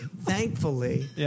thankfully